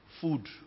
Food